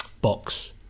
box